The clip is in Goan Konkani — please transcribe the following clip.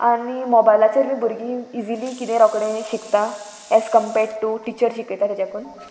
आनी मोबायलाचेर बी भुरगीं इजिली किदें रोकडें शिकता एज कंपेर्ड टू टिचर शिकयता तेज्याकून